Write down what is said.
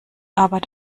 arbeit